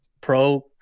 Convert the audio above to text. pro